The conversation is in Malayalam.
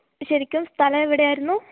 ശരിക്കും സ്ഥലം എവിടെയായിരുന്നു